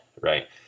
right